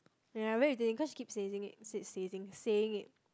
ya where you think cause she keeps sazing s~ sazing saying it